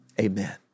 amen